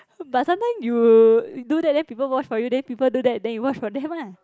but sometime you do that then people wash for you then people do that then you wash for them lah